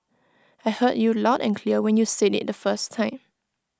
I heard you loud and clear when you said IT the first time